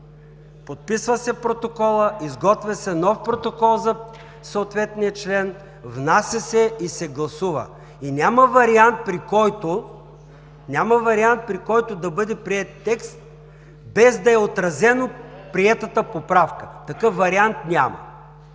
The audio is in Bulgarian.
Подписва се протоколът, изготвя се нов протокол за съответния член, внася се и се гласува. Няма вариант, при който да бъде приет текст без да е отразена приетата поправка. Такъв вариант няма.